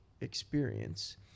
experience